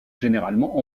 généralement